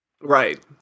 Right